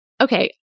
Okay